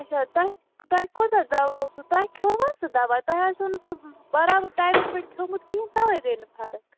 اَچھا تۅہہِ تۅہہِ کوتاہ دوا اوسوِ تۅہہِ کھیٚوا سُہ دوا تۅہہِ آسوٕ نہٕ سُہ دوا برابر ٹایِمَس پٮ۪ٹھ کھیٚومُت کِہیٖنٛۍ تَوَے گٔے نہَ فرق